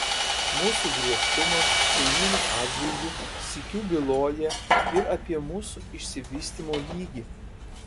mūsų griežtumas kaimynų atžvilgiu sykiu byloja ir apie mūsų išsivystymo lygį